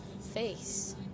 face